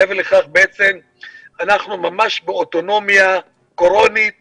אבל מעבר לכך אנחנו ממש ולחלוטין באוטונומיה קורונית